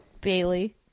Bailey